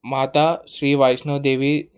Mata Shri Vaishnavi Devi